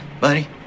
buddy